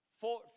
Four